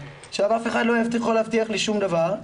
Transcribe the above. עכשיו אף אחד לא יכול להבטיח לי שום דבר,